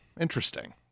Interesting